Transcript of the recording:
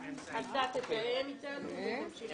10:43.